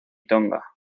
tonga